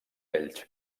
elx